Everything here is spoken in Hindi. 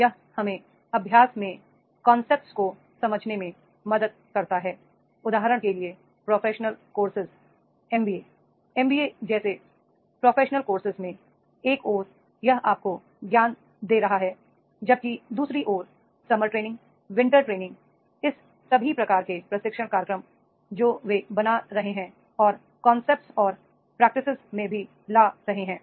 यह हमें अभ्यास में कांसेप्ट को समझने में मदद करता है उदाहरण के लिए प्रोफेशनल कोर्सेज एमबीए जैसे पेशेवर पाठ्यक्रमों प्रोफेशनल कोर्सेज में एक ओर यह आपको ज्ञान दे रहा है ज ब कि दू सरी ओर summer training winter training इस सभी प्रकार के प्रशिक्षण कार्यक्रम जो वे बना रहे हैं और कांसेप्ट और प्रैक्टिस में भी ला रहे हैं